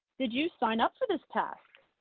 did you sign up for this task?